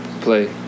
play